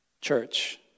Church